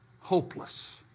hopeless